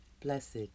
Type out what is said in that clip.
Blessed